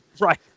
Right